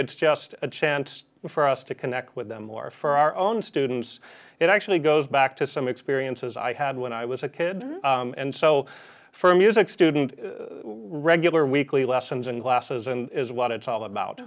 it's just a chance for us to connect with them or for our own students it actually goes back to some experiences i had when i was a kid and so for music students regular weekly lessons and classes and is what it's all about